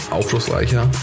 aufschlussreicher